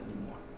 anymore